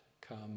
come